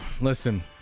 Listen